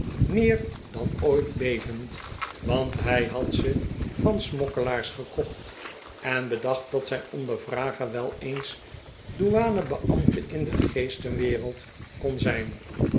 meer dan ooit bevend want hij hadsze van smokkelaars gekocht en bedacht dat zijn ondervrager wel eens douane beambte in de geestenwereld kon zijn